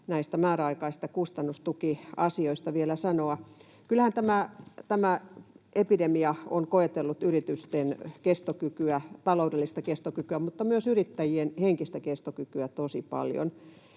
näistä määräaikaisista kustannustukiasioista vielä sanoa. Kyllähän tämä epidemia on koetellut yritysten kestokykyä, taloudellista kestokykyä, mutta myös yrittäjien henkistä kestokykyä tosi paljon.